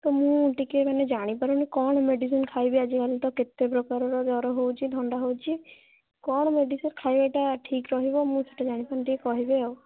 ତ ମୁଁ ଟିକିଏ ମାନେ ଜାଣିପାରୁନି କ'ଣ ମେଡ଼ିସିନ୍ ଖାଇବି ଆଜିକାଲି ତ କେତେ ପ୍ରକାରର ଜର ହେଉଛି ଥଣ୍ଡା ହେଉଛି କ'ଣ ମେଡ଼ିସିନ୍ ଖାଇବାଟା ଠିକ୍ ରହିବ ମୁଁ ସେଇଟା ଜାଣିପାରୁନି ଟିକିଏ କହିବେ ଆଉ